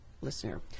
listener